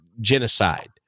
genocide